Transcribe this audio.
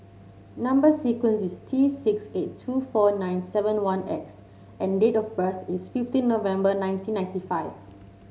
number sequence is T six eight two four nine seven one X and date of birth is fifteen November nineteen ninety five